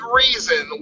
reason